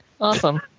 Awesome